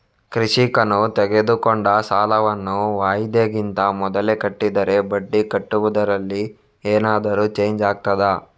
ಕೃಷಿಕನು ತೆಗೆದುಕೊಂಡ ಸಾಲವನ್ನು ವಾಯಿದೆಗಿಂತ ಮೊದಲೇ ಕಟ್ಟಿದರೆ ಬಡ್ಡಿ ಕಟ್ಟುವುದರಲ್ಲಿ ಏನಾದರೂ ಚೇಂಜ್ ಆಗ್ತದಾ?